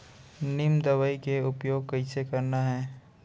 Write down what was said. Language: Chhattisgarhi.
नीम दवई के उपयोग कइसे करना है?